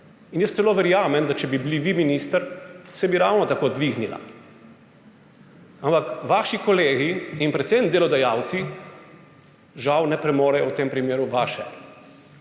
In jaz celo verjamem, da če bi bili vi minister, se bi ravno tako dvignila. Ampak vaši kolegi in predvsem delodajalci žal ne premorejo v tem primeru vaše